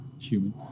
human